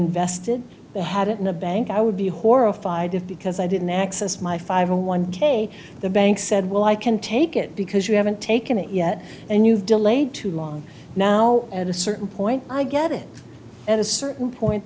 been vested they had it in a bank i would be horrified if because i didn't access my five hundred one k the bank said well i can take it because you haven't taken it yet and you've delayed too long now at a certain point i get it at a certain point